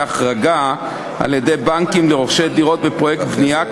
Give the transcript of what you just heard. החרגה על-ידי בנקים לרוכשי דירות בפרויקט בנייה,